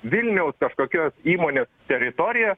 vilniaus kažkokios įmonės teritoriją